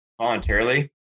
voluntarily